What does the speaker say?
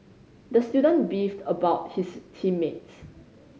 the student beefed about his team mates